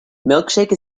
milkshake